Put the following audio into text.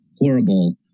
horrible